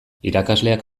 irakasleak